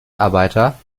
arbeiter